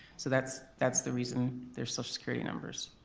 so that's that's the reason there's social security numbers.